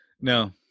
No